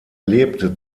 lebte